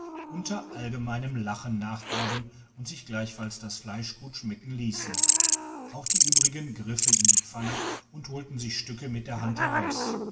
unter allgemeinem lachen nachgaben und sich gleichfalls das fleisch gut schmecken liessen auch die übrigen griffen in die pfanne und holten sich stücke mit der hand heraus